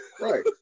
Right